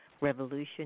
Revolution